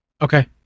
Okay